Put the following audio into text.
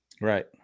right